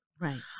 Right